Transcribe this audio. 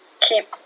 keep